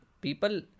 People